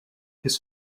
his